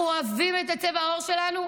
אנחנו אוהבים את צבע העור שלנו,